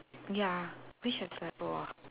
ya ah